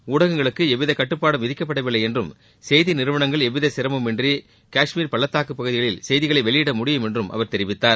ஊடகங்களுக்கு எவ்வித கட்டுப்பாடும் விதிக்கப்படவில்லை என்றும் செய்தி நிறுவனங்கள் எவ்வித சிரமமின்றி காஷ்மீர் பள்ளத்தாக்கு பகுதிகளில் செய்திகளை வெளியிட முடியும் என்றும் அவர் தெரிவித்தார்